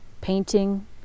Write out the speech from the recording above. painting